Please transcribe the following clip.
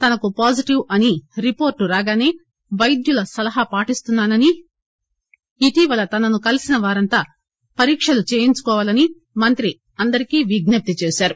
తనకు పాజిటీవ్ అని రిపోర్లు రాగానే వైద్యుల సలహా పాటిస్తున్నా నని ఇటీవల తనను కలిసిన వారంతా పరీక్షలు చేయించుకోవాలని మంత్రి అందరికి విజ్ఞప్తి చేశారు